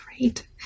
Great